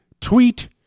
tweet